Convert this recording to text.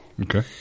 Okay